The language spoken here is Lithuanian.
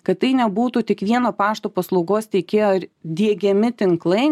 kad tai nebūtų tik vieno pašto paslaugos teikėjo ir diegiami tinklai